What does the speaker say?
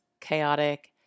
chaotic